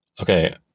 Okay